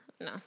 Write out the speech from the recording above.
no